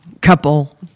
couple